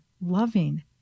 loving